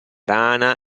rana